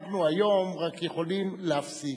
אנחנו היום רק יכולים להפסיק,